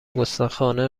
گستاخانه